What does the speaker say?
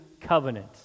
covenant